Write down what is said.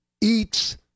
eats